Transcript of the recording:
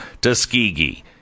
Tuskegee